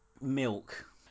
milk